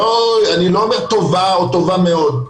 אני לא אומר טובה או טובה מאוד,